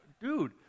dude